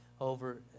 over